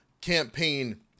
campaign